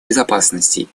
безопасности